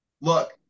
Look